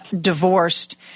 divorced